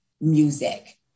music